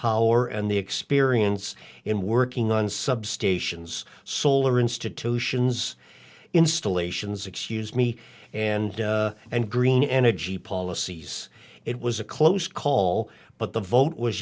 power and the experience in working on substations solar institutions installations excuse me and and green energy policies it was a close call but the vote was